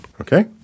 Okay